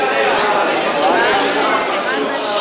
מבחינתי,